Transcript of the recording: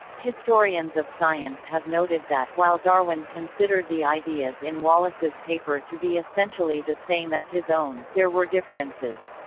historians of science have noted that, while darwin considered the ideas in wallace's paper to be essentially the same as his own, there were differences.